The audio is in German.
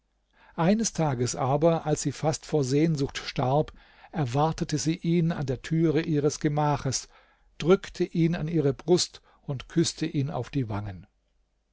eines tages aber als sie fast vor sehnsucht starb erwartete sie ihn an der türe ihres gemaches drückte ihn an ihre brust und küßte ihn auf die wangen